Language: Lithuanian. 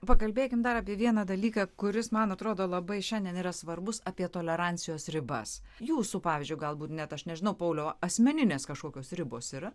pakalbėkim dar apie vieną dalyką kuris man atrodo labai šiandien yra svarbus apie tolerancijos ribas jūsų pavyzdžiu galbūt net aš nežinau pauliau asmeninės kažkokios ribos yra